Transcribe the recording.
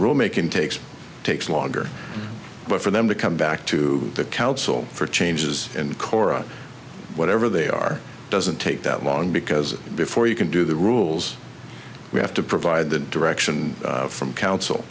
rule making takes takes longer but for them to come back to the council for changes and kora whatever they are doesn't take that long because before you can do the rules we have to provide the direction from coun